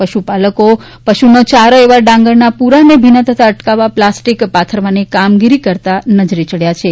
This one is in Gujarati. પશુપાલકો પશુના યારો એવા ડાંગરના પુરાને ભીના થતાં અટકાવવા પ્લાસ્ટિક પાથરવાની કામગીરી કરતા નજરે ચડ્યા છે